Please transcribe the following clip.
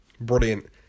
Brilliant